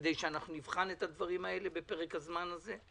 כדי שאנחנו נבחן את הדברים האלה בפרק הזמן הזה.